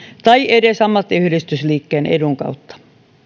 tai edes ammattiyhdistysliikkeen edun kautta